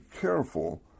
careful